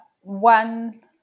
One